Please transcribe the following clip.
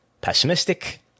pessimistic